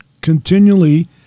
continually